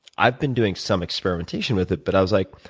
i've been doing some experimentation with it, but i was, like,